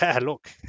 look